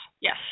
Yes